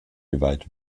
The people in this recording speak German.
geweiht